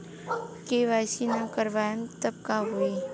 KYC ना करवाएम तब का होई?